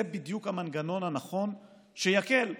זה בדיוק המנגנון הנכון שיקל.